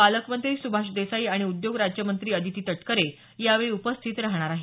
पालकमंत्री सुभाष देसाई आणि उद्योग राज्यमंत्री अदिती तटकरे यावेळी उपस्थित राहणार आहेत